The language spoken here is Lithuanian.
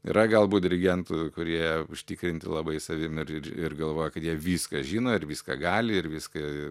yra galbūt dirigentų kurie užtikrinti labai savim ir ir ir galvoja kad jie viską žino ir viską gali ir viską